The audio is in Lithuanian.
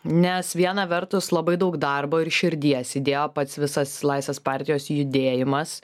nes viena vertus labai daug darbo ir širdies įdėjo pats visas laisvės partijos judėjimas